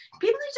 people